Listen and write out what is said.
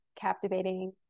captivating